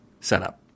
setup